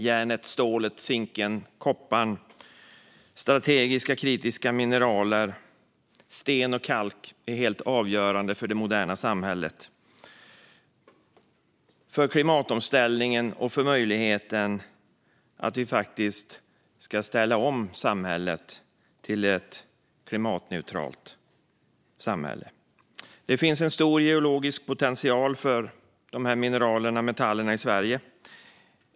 Järnet, stålet zinken, kopparn, strategiska och kritiska mineral, sten och kalk är helt avgörande för det moderna samhället, för klimatomställningen och för möjligheten att ställa om samhället till ett klimatneutralt sådant. Det finns stor geologisk potential för dessa mineral och metaller i Sverige.